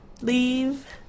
leave